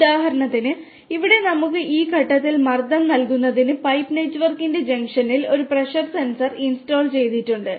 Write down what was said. ഉദാഹരണത്തിന് ഇവിടെ നമുക്ക് ഈ ഘട്ടത്തിൽ മർദ്ദം നൽകുന്നതിന് പൈപ്പ് നെറ്റ്വർക്കിന്റെ ജംഗ്ഷനിൽ ഒരു പ്രഷർ സെൻസർ ഇൻസ്റ്റാൾ ചെയ്തിട്ടുണ്ട്